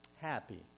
Happy